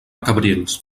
cabrils